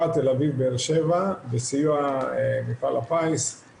חשוב לדעת גם מבחינת אחריות.